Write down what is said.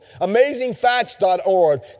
AmazingFacts.org